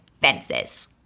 fences